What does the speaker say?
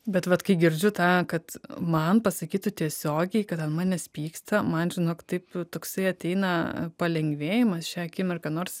bet vat kai girdžiu tą kad man pasakytų tiesiogiai kad ant manęs pyksta man žinok taip toksai ateina palengvėjimas šią akimirką nors